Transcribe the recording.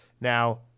Now